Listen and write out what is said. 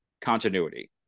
continuity